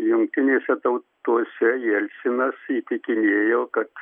jungtinėse tautose jelcinas įtikinėjo kad